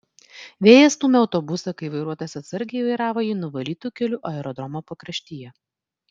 vėjas stūmė autobusą kai vairuotojas atsargiai vairavo jį nuvalytu keliu aerodromo pakraštyje